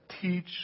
teach